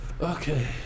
Okay